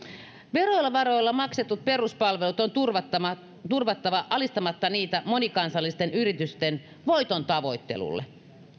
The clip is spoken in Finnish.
verovaroilla maksetut peruspalvelut on turvattava turvattava alistamatta niitä monikansallisten yritysten voitontavoittelulle